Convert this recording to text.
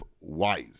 Wise